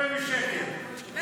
בבקשה.